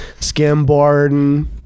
skimboarding